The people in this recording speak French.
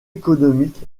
économique